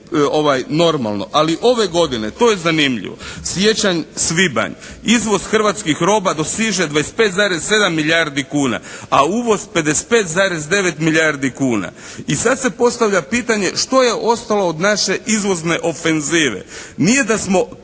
ove godine to je zanimljivo, siječanj, svibanj izvoz hrvatskih roba dosiže 25,7 milijardi kuna. A uvoz 55,9 milijardi kuna. I sad se postavlja pitanje što je ostalo od naše izvozne ofenzive. Nije da smo